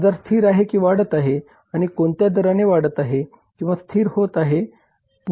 बाजार स्थिर आहे की वाढत आहे आणि कोणत्या दराने वाढत आहे किंवा स्थिर होत आहे